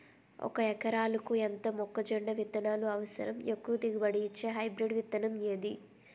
ఒక ఎకరాలకు ఎంత మొక్కజొన్న విత్తనాలు అవసరం? ఎక్కువ దిగుబడి ఇచ్చే హైబ్రిడ్ విత్తనం ఏది?